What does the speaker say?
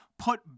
Put